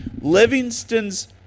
Livingston's